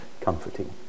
comforting